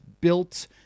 built